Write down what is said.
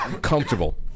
comfortable